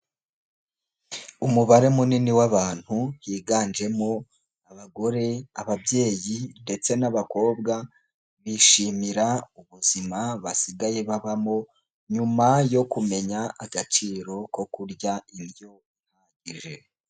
Umubare munini w'abantu biganjemo abagore ababyeyi ndetse n'abakobwa, bishimira ubuzima basigaye babamo nyuma yo kumenya agaciro ko kurya indyo bihagije.